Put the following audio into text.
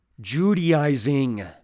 Judaizing